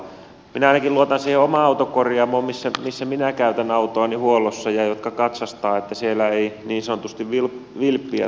minä ainakin luotan siihen omaan autokorjaamoon missä minä käytän autoani huollossa ja joka katsastaa että siellä ei niin sanotusti vilppiä tapahdu